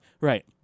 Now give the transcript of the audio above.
Right